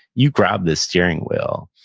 you grab the steering wheel.